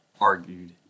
argued